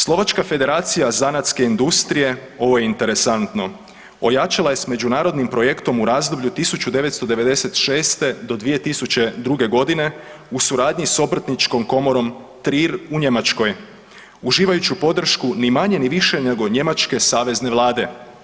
Slovačka federacija zanatske industrije, ovo je interesantno, ojačala je s međunarodnim projektom u razdoblju 1996. do 2002. godine u suradnji s obrtničkom komorom Trier u Njemačkoj, uživajući podršku ni manje ni više nego njemačke savezne vlade.